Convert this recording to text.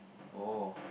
oh